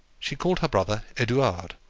she called her brother edouard,